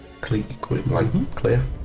clear